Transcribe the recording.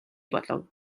болов